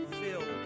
filled